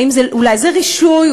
אולי זה רישוי?